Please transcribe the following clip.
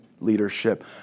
leadership